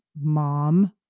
mom